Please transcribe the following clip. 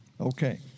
Okay